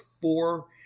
four